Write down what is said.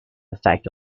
effect